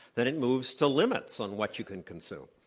then it moves to limits on what you can consume.